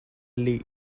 leagues